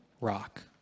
rock